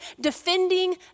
defending